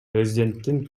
президенттин